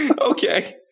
Okay